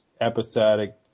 episodic